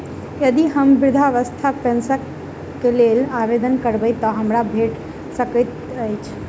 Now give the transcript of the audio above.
यदि हम वृद्धावस्था पेंशनक लेल आवेदन करबै तऽ हमरा भेट सकैत अछि?